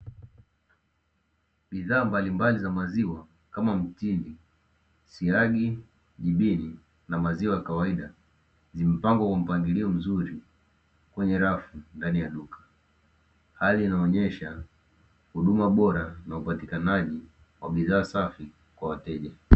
Bidhaa mbalimbali za maziwa kama: mtindi, siagi, jibini na maziwa ya kawaida; zimepangwa kwa mpangilio mzuri kwenye rafu ndani ya duka. Hali inayoonesha huduma bora na upatikanaji wa bidhaa safi kwa wateja.